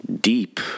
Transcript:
deep